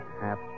half